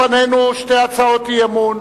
לפנינו שתי הצעות אי-אמון.